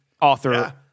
author